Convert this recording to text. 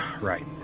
Right